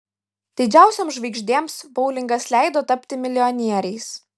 didžiausioms žvaigždėms boulingas leido tapti milijonieriais